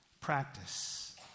practice